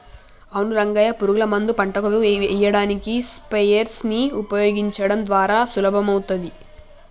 అవును రంగయ్య పురుగుల మందు పంటకు ఎయ్యడానికి స్ప్రయెర్స్ నీ ఉపయోగించడం ద్వారా సులభమవుతాది